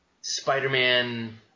Spider-Man